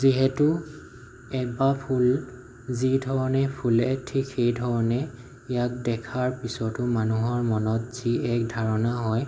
যিহেতু একপাহ ফুল যি ধৰণে ফুলে সেই ধৰণে ইয়াক দেখাৰ পিছতো মানুহৰ মনত যি এক ধাৰণা হয়